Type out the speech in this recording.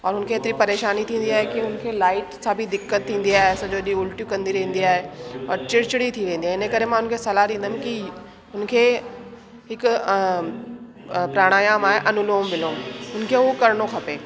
ऐं हुनखे एतिरी परेशानी थींदी आहे की हुनखे लाईट सां बि दिक़त थींदी आहे सॼो ॾींहुं उलटियूं कंदी रहंदी आहे ऐं चड़चिड़ी थी वेंदी आहे इन करे मां उनखे सलाहु ॾींदमि की हुनखे हिकु अ अ प्राणायाम आहे अनुलोम विलोम हुनखे उहो करणु खपे